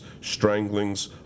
stranglings